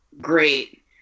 great